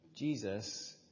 Jesus